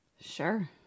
Sure